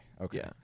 Okay